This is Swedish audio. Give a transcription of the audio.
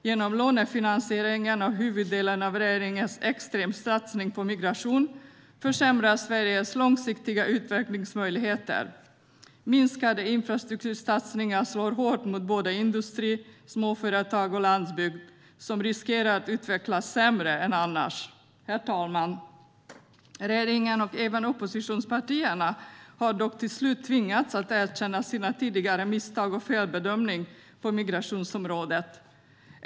Genom lånefinansieringen av huvuddelen av regeringens extremsatsning på migration försämras Sveriges långsiktiga utvecklingsmöjligheter. Minskade infrastruktursatsningar slår hårt mot såväl industri och småföretag som landsbygd, som riskerar att utvecklas sämre än annars. Herr talman! Regeringen och även oppositionspartierna har dock till slut tvingats att erkänna sina tidigare misstag och felbedömningar på migrationsområdet.